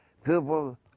people